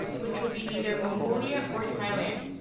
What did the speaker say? which will be either mongolia or thailand.